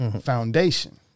foundation